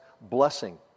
blessing